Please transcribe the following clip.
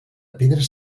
pedres